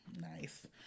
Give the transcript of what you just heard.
Nice